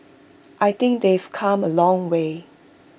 I think they've come A long way